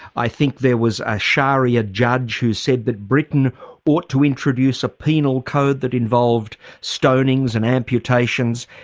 i think there was a sharia judge who said that britain ought to introduce a penal code that involved stonings and amputations.